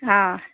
অঁ